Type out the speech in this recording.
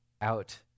out